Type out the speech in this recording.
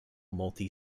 multi